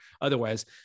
otherwise